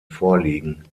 vorliegen